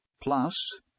Plus